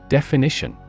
Definition